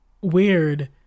weird